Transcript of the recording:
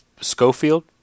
Schofield